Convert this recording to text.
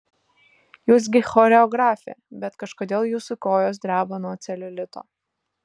jūs gi choreografė bet kažkodėl jūsų kojos dreba nuo celiulito